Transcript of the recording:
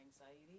anxiety